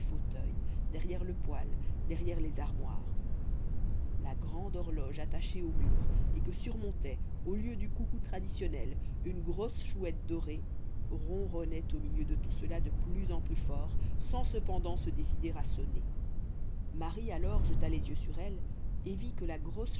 fauteuils derrière le poêle derrière les armoires la grande horloge attachée au mur et que surmontait au lieu du coucou traditionnel une grosse chouette dorée ronronnait au milieu de tout cela de plus fort en plus fort sans cependant se décider à sonner marie alors jeta les yeux sur elle et vit que la grosse